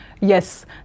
Yes